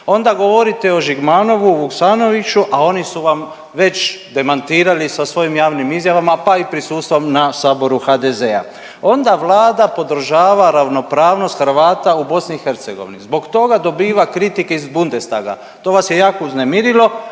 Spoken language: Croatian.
Onda govorite o Žigmanovu, Vuksanoviću, a oni su vam već demantirali sa svojim javnim izjavama pa i prisustvom na saboru HDZ-a. Onda Vlada podržava ravnopravnost Hrvata u BiH, zbog toga dobiva kritike iz Bundestaga. To vas je jako uznemirilo,